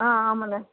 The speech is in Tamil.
ஆ ஆமாண்ண